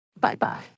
Bye-bye